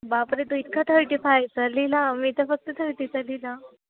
बापरे तू इतका थर्टी फायचा लिहिला मी तर फक्त थर्टीचा लिहिला